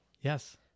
Yes